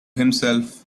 himself